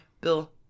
Bill